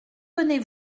venez